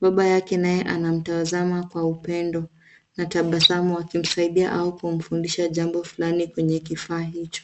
Baba yake naye anamtazama kwa upendo na tabasamu, akimsaidia au kumfundisha jambo fulani kwenye kifaa hicho.